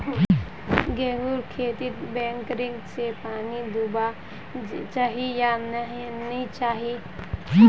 गेँहूर खेतोत बोरिंग से पानी दुबा चही या नी चही?